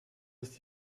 ist